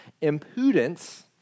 impudence